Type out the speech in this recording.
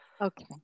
Okay